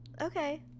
Okay